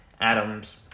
Adams